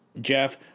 Jeff